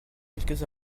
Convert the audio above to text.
quelques